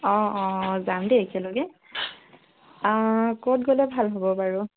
অ অ যাম দেই একেলগে আ ক'ত গ'লে ভাল হ'ব বাৰু